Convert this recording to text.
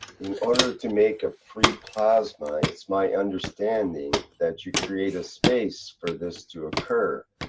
in order to make a free plasma, it's my understanding. that you create a space for this to occur,